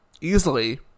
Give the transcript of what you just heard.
easily